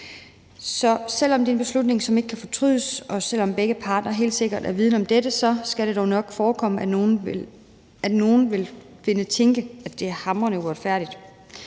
Selv om det er en beslutning, som ikke kan fortrydes, og selv om begge parter helt sikkert er vidende om dette, skal det dog nok forekomme, at nogle vil tænke, at det er hamrende uretfærdigt.